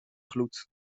gloed